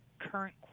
current